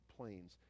planes